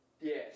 yes